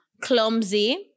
Clumsy